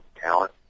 talent